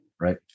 right